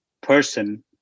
person